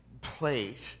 place